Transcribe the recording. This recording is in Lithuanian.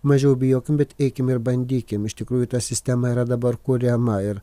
mažiau bijokim bet eikim ir bandykim iš tikrųjų ta sistema yra dabar kuriama ir